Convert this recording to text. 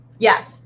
Yes